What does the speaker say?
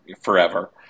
forever